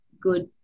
good